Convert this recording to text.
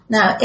Now